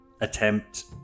attempt